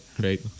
great